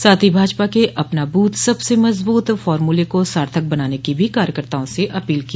साथ ही भाजपा के अपना ब्रथ सबसे मजबूत फार्मूले को सार्थक बनाने की भी कार्यकर्ताओं से अपील की